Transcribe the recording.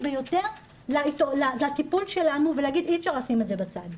ביותר לטיפול שלנו ולהגיד שאי אפשר לשים את זה בצד.